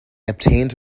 obtained